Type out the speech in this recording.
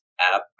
app